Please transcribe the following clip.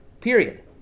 period